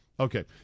Okay